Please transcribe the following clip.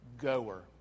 goer